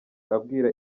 abwira